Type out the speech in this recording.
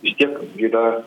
vis tiek gi dar